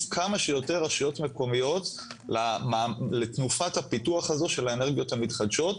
כמה שיותר רשויות מקומיות לתנופת הפיתוח הזו של האנרגיות המחדשות,